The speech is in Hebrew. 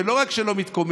ולא רק שלא מתקומם,